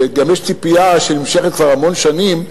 גם יש ציפייה שנמשכת כבר המון שנים,